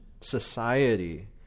society